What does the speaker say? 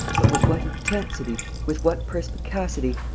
but with what intensity, with what perspicacity,